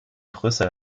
brüssel